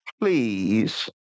please